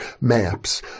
maps